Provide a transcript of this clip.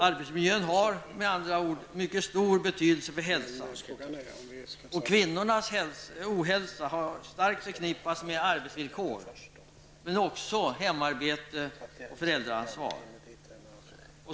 Arbetsmiljön har med andra ord mycket stor betydelse för hälsan, och kvinnornas ohälsa har starkt förknippats med arbetsvillkor men också med hemarbete och föräldraansvar.